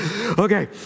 Okay